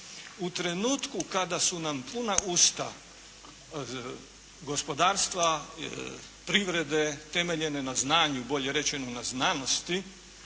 U trenutku kada su nam puna usta gospodarstva, privrede temeljene na znanju, bolje rečeno na znanosti,